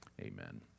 amen